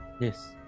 Yes